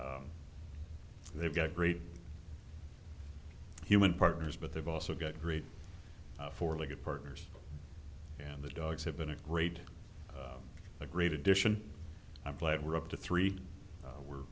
they've got great human partners but they've also got great four legged partners and the dogs have been a great a great addition i'm glad we're up to three we're